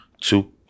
two